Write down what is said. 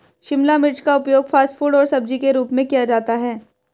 शिमला मिर्च का उपयोग फ़ास्ट फ़ूड और सब्जी के रूप में किया जाता है